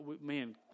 Man